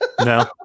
No